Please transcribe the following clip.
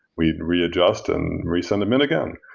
we'd readjust and resend them in again.